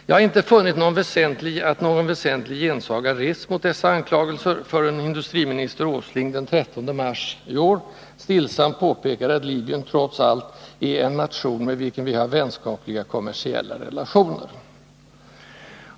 Jag har inte funnit att någon väsentlig gensaga rests mot dessa anklagelser förrän industriminister Åsling den 13 mars 1981 stillsamt påpekade att Libyen trots allt är ”en nation med vilken vi har vänskapliga kommersiella relationer”.